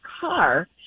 car